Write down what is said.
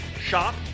shop